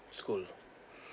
school